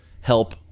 help